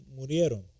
murieron